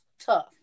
tough